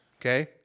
okay